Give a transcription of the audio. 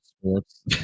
sports